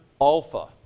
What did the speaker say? alpha